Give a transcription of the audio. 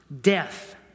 death